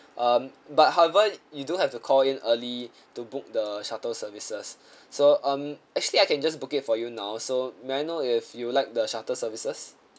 um but however you do have to call in early to book the shuttle services so um actually I can just book it for you now so may I know if you would like the shuttle services